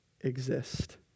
exist